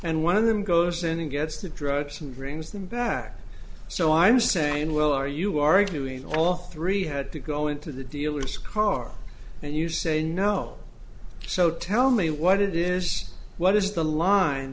and one of them goes in and gets the drugs and brings them back so i'm saying well are you arguing all three had to go into the dealers car and you say no so tell me what it is what is the line